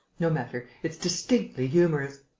no matter, its distinctly humorous.